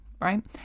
right